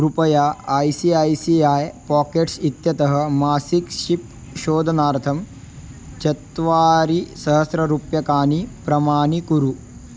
कृपया I C I C I pockets इत्यतः मासिक् शिप् शोधनार्थं चत्वारिसहस्ररूप्यकाणि प्रमाणीकुरु